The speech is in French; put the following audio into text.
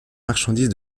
marchandises